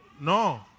No